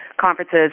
conferences